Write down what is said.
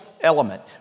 element